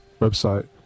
website